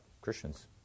Christians